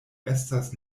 estas